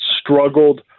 struggled